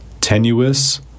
tenuous